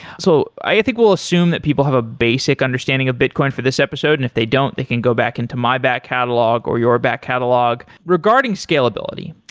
so i think we'll assume that people have a basic understanding a bitcoin for this episode, and if they don't, they can go back into my back catalog or your back catalog regarding scalability.